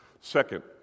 Second